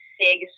big